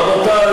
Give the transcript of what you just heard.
רבותי.